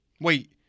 wait